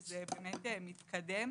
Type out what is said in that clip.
וזה מתקדם.